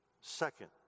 Second